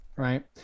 right